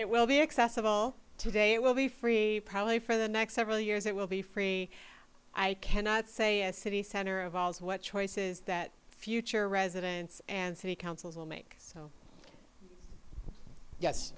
it will be accessible today it will be free probably for the next several years it will be free i cannot say the city center of all is what choices that future residents and city councils will make so yes